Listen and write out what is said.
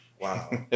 wow